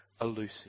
elusive